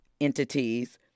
entities